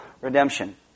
redemption